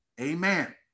Amen